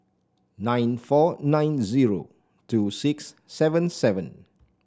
nine four nine zero two six seven seven